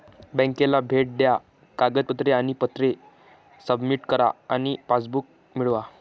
बँकेला भेट द्या कागदपत्रे आणि पत्रे सबमिट करा आणि पासबुक मिळवा